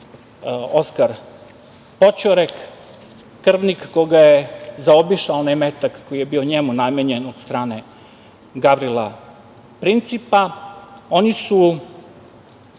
Oskar Poćorek, krvnik koga je zaobišao onaj metak koji je bio njemu namenjen, od strane Gavrila Principa. Oni su